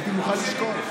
הייתי מוכן לשקול.